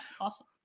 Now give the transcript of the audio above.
awesome